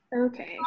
Okay